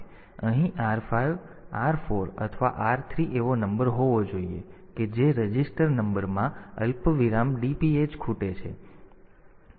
તેથી અહીં R5 R4 અથવા R3 એવો નંબર હોવો જોઈએ કે જે રજિસ્ટર નંબરમાં અલ્પવિરામ DPH ખૂટે છે